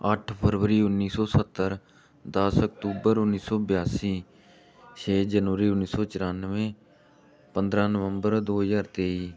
ਅੱਠ ਫਰਵਰੀ ਉੱਨੀ ਸੌ ਸੱਤਰ ਦਸ ਅਕਤੂਬਰ ਉੱਨੀ ਸੌ ਬਿਆਸੀ ਛੇ ਜਨਵਰੀ ਉੱਨੀ ਸੌ ਚਰੱਨਵੇ ਪੰਦਰਾਂ ਨਵੰਬਰ ਦੋ ਹਜ਼ਾਰ ਤੇਈ